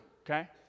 Okay